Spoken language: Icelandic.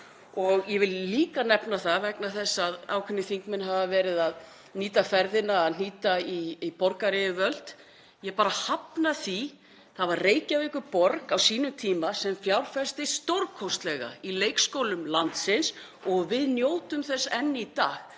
Ég vil líka nefna það vegna þess að ákveðnir þingmenn hafa verið að nýta ferðina til að hnýta í borgaryfirvöld og ég bara hafna því. Það var Reykjavíkurborg á sínum tíma sem fjárfesti stórkostlega í leikskólum landsins og við njótum þess enn í dag.